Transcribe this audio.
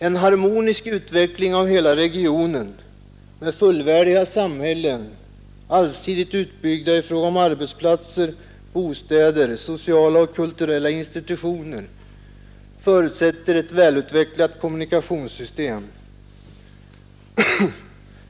En harmonisk utveckling av hela regionen, med fullvärdiga samhällen, allsidigt utbyggda i fråga om arbetsplatser, bostäder, sociala och kulturella institutioner, förutsätter ett välutvecklat kommunikationssystem.